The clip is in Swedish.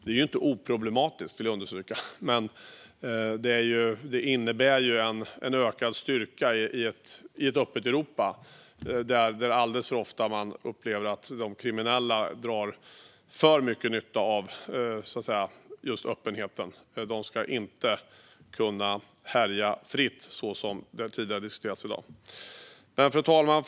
Det är inte oproblematiskt, vill jag understryka, men det innebär en ökad styrka i ett öppet Europa där man alltför ofta upplever att de kriminella drar alldeles för mycket nytta av just öppenheten. De ska inte kunna härja fritt, som vi diskuterat tidigare i dag. Fru talman!